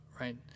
right